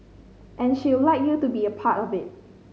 and she'll like you to be a part of it